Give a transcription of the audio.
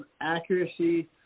accuracy